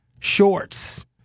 shorts